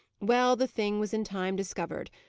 well, the thing was in time discovered,